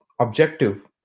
objective